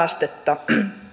saastetta